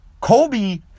Kobe